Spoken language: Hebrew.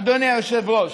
אדוני היושב-ראש.